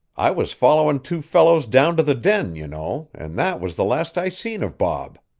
i was following two fellows down to the den, you know, and that was the last i seen of bob.